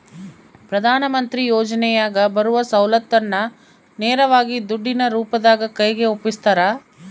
ಪ್ರಧಾನ ಮಂತ್ರಿ ಯೋಜನೆಯಾಗ ಬರುವ ಸೌಲತ್ತನ್ನ ನೇರವಾಗಿ ದುಡ್ಡಿನ ರೂಪದಾಗ ಕೈಗೆ ಒಪ್ಪಿಸ್ತಾರ?